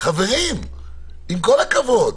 חברים, עם כל הכבוד,